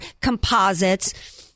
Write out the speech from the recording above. composites